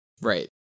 Right